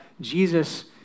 Jesus